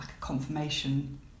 confirmation